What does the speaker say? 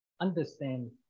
understand